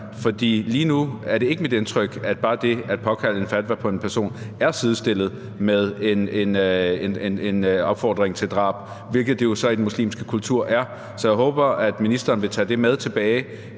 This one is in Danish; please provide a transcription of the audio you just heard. for lige nu er det ikke mit indtryk, at bare det at påkalde en fatwa for en person er sidestillet med opfordring til drab, hvilket det jo så i den muslimske kultur er. Så jeg håber, at ministeren vil tage det med tilbage